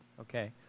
okay